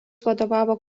vadovavo